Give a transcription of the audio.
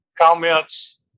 comments